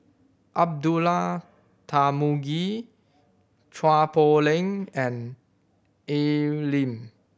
Abdullah Tarmugi Chua Poh Leng and Al Lim